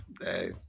Hey